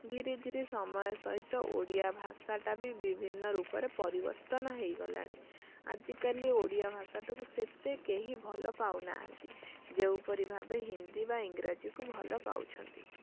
ଧିରେଧିରେ ସମୟ ସହିତ ଓଡ଼ିଆ ଭାଷାଟାବି ବିଭିନ୍ନ ରୂପରେ ପରିବର୍ତ୍ତନ ହେଇଗଲାଣି ଆଜିକାଲି ଓଡ଼ିଆ ଭାଷାଟାକୁ ସେତେ କେହି ଭଲ ପାଉନାହାନ୍ତି ଯେଉଁପରି ଭାବେ ହିନ୍ଦୀ ବା ଇଂରାଜୀକୁ ଭଲ ପାଉଛନ୍ତି